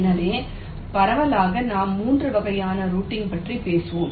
எனவே பரவலாக நாம் 3 வகையான ரூட்டிங் பற்றி பேசுவோம்